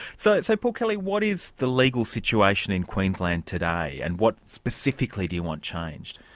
so so paul kelly what is the legal situation in queensland today and what specifically do you want changed?